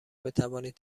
بتوانید